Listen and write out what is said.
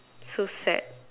so sad